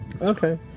okay